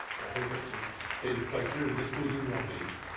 i think it was stated quite clearly this goes into our base.